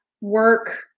work